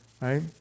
right